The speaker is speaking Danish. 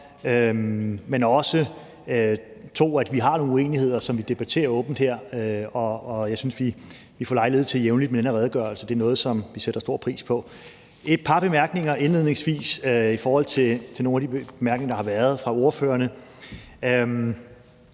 men også 2), at vi har nogle uenigheder, som vi debatterer åbent her, hvilket vi får lejlighed til jævnligt med den her redegørelse og er noget, som vi sætter stor pris på. Jeg har et par bemærkninger indledningsvis i forhold til nogle af de bemærkninger, der har været fra ordførerne.